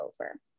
over